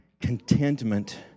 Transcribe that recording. contentment